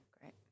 Great